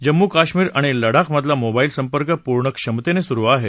जम्मू काश्मिर आणि लडाखमधला मोबाईल संपर्क पूर्ण क्षमतेने सुरु आहे